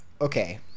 okay